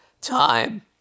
Time